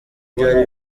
byari